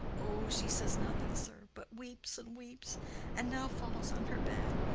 o, she says nothing, sir, but weeps and weeps and now falls on her bed,